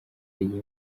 igihe